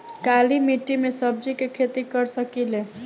काली मिट्टी में सब्जी के खेती कर सकिले?